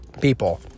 people